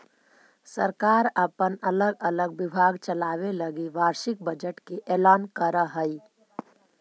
सरकार अपन अलग अलग विभाग चलावे लगी वार्षिक बजट के ऐलान करऽ हई